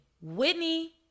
Whitney